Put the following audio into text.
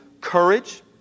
courage